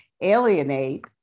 alienate